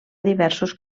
diversos